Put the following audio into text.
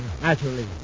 Naturally